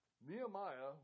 Nehemiah